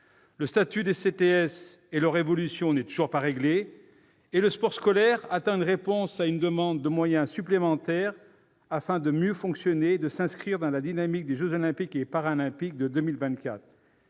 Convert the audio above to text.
Le statut des CTS et leur évolution ne sont toujours pas réglés, et le sport scolaire attend une réponse à une demande de moyens supplémentaires, afin de mieux fonctionner pour s'inscrire dans la dynamique des jeux Olympiques et Paralympiques de 2024.